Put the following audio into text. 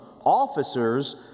officers